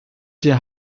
der